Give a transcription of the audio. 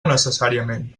necessàriament